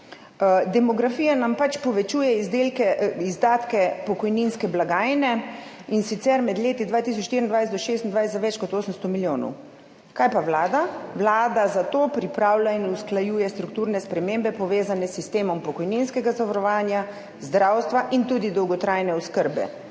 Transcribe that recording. Demografija nam pač povečuje izdatke pokojninske blagajne, in sicer med leti 2024-2026 za več kot 800 milijonov. Kaj pa Vlada? Vlada, zato pripravlja in usklajuje strukturne spremembe povezane s sistemom pokojninskega zavarovanja, zdravstva in tudi dolgotrajne oskrbe,